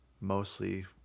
mostly